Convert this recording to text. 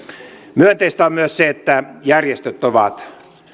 myönteistä on myös se että järjestöt ovat